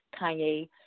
Kanye